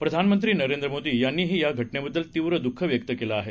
प्रधानमंत्री नरेंद्र मोदी यांनीही या घटनेबद्दल तीव्र दुःख व्यक्त केलं आहे